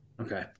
okay